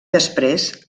després